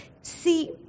See